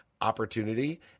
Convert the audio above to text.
opportunity